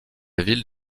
ville